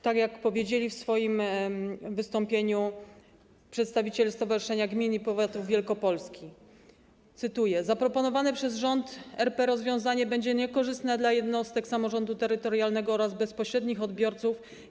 Tak jak powiedzieli w swoim wystąpieniu przedstawiciele Stowarzyszenia Gmin i Powiatów Wielkopolski, cytuję: Zaproponowane przez rząd RP rozwiązanie będzie niekorzystne dla jednostek samorządu terytorialnego oraz bezpośrednich odbiorców.